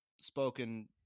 spoken